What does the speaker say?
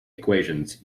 equations